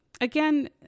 again